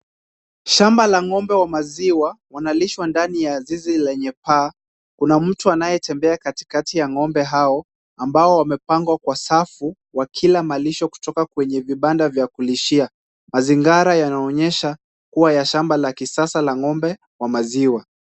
Shamba la ng'ombe wa maziwa, wanalishwa ndani ya zizi lenye paa. Kuna mtu anayetembea katikati ya ng'ombe hao, ambao wamepangwa kwa safu wakila malisho kutoka kwenye vibanda vya kulishia. Mazingara yanaonyesha, kuwa ya shamba la kisasa la ng'ombe wa maziwa.